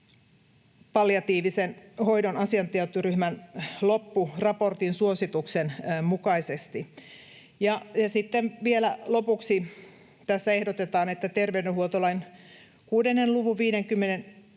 palliatiivisen hoidon asiantuntijatyöryhmän loppuraportin suosituksen mukaisesti. Sitten vielä lopuksi tässä ehdotetaan terveydenhuoltolain 6 luvun 50